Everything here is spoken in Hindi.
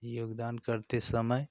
योगदान करते समय